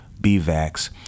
B-Vax